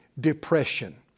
depression